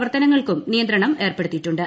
പ്രവർത്തനങ്ങൾക്കും നിയന്ത്രണം ഏർപ്പെടുത്തിയിട്ടുണ്ട്